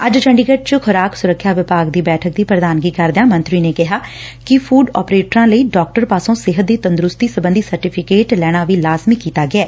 ਅੱਜ ਚੰਡੀਗੜ ਚ ਖੁਰਾਕ ਸੁਰੱਖਿਆ ਵਿਭਾਗ ਦੀ ਬੈਠਕ ਦੀ ਪ੍ਰਧਾਨਗੀ ਕਰਦਿਆਂ ਮੰਤਰੀ ਨੇ ਕਿਹਾ ਕਿ ਫੂਡ ਅਪਰੇਟਰਾਂ ਲਈ ਡਾਕਟਰ ਪਾਸੋ ਸਿਹਤ ਦੀ ਤੰਦਰੁਸਤੀ ਸਬੰਧੀ ਸਰਟੀਫਿਕੇਟ ਲੈਣਾ ਵੀ ਲਾਜ਼ਮੀ ਕੀਤਾ ਗਿਐ